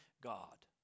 God